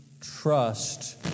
trust